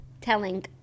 Telling